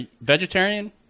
vegetarian